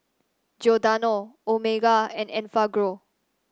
Giordano Omega and Enfagrow